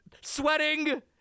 sweating